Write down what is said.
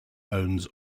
owns